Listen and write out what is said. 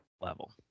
level